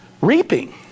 reaping